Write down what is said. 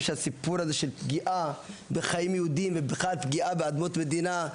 שיש פגיעה באדמות של יהודים ובאדמות המדינה,